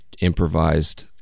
improvised